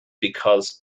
because